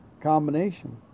combination